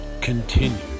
continued